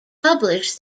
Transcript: publish